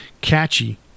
catchy